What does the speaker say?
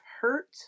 hurt